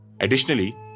Additionally